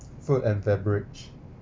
food and beverage